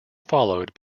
followed